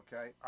okay